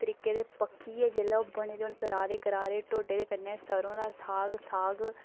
बनियै बड़े तरीके दे बने दे होन करारे करारे ढोडे दे कन्नै सरौं दा साग साग